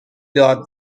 داد